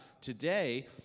today